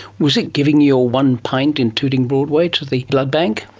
was it giving your one pint in tooting broadway to the blood bank?